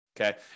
okay